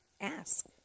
Ask